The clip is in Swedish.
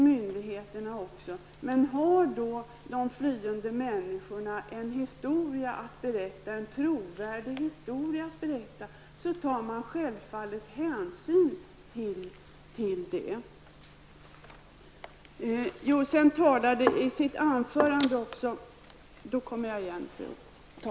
Myndigheterna är medvetna om detta, men om de flyende människorna har en trovärdig historia att berätta tas det självfallet hänsyn till detta.